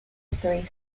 three